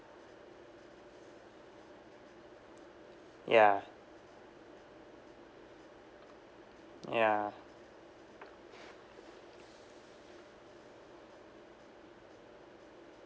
ya ya